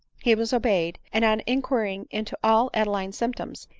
he was obeyed and on inquiring into all adeline's symptoms,